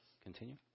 Continue